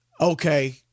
okay